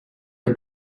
the